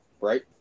right